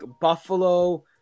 Buffalo